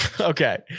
Okay